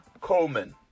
Coleman